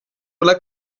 oder